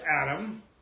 Adam